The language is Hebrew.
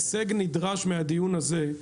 הישג נדרש מהדיון הזה,